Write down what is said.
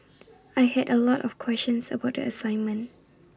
I had A lot of questions about the assignment